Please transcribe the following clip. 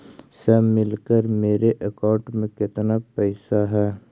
सब मिलकर मेरे अकाउंट में केतना पैसा है?